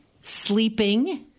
Sleeping